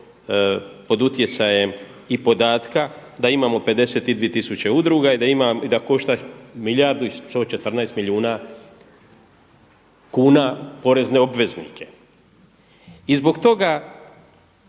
pod utjecajem i podatka da imamo 52 tisuće udruga i da košta milijardu i 114 milijuna kuna porezne obveznike. I zbog toga